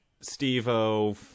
Steve-O